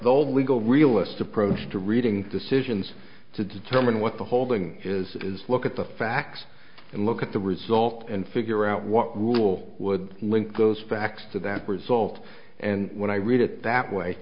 the old legal realist approach to reading decisions to determine what the holding is is look at the facts and look at the results and figure out what rule would link those facts to that result and when i read it that way